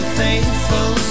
faithful